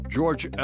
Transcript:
George